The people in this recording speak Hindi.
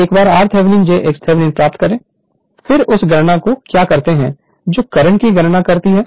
एक बार r Thevenin j x Thevenin प्राप्त करें फिर उस गणना को क्या कहते हैं जो करंट की गणना करती है